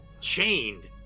chained